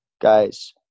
guys